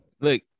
Look